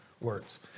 words